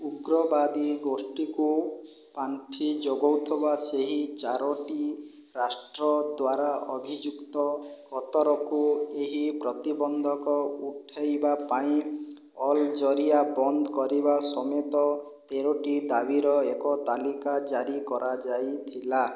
ଉଗ୍ରବାଦୀ ଗୋଷ୍ଠୀକୁ ପାଣ୍ଠି ଜୋଗଉଥିବା ସେହି ଚାରଟି ରାଷ୍ଟ୍ର ଦ୍ୱାରା ଅଭିଯୁକ୍ତ କତରକୁ ଏହି ପ୍ରତିବନ୍ଧକ ଉଠାଇବା ପାଇଁ ଅଲ ଜରିଆ ବନ୍ଦ କରିବା ସମେତ ତେରଟି ଦାବିର ଏକ ତାଲିକା ଜାରି କରାଯାଇଥିଲା